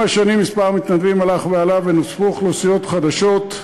עם השנים מספר המתנדבים הלך ועלה ונוספו אוכלוסיות חדשות,